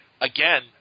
again